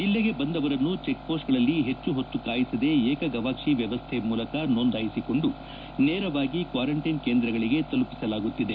ಜಲ್ಲೆಗೆ ಬಂದವರನ್ನು ಚೆಕ್ಪೋಸ್ಟ್ಗಳಲ್ಲಿ ಹೆಚ್ಚು ಹೊತ್ತು ಕಾಯಿಸದೇ ಏಕಗವಾಕ್ಷಿ ವ್ಯವಸ್ಥೆ ಮೂಲಕ ನೊಂದಾಯಿಸಿಕೊಂಡು ನೇರವಾಗಿ ಕ್ವಾರಂಟೈನ್ ಕೇಂದ್ರಗಳಿಗೆ ತಲುಪಿಸಲಾಗುತ್ತಿದೆ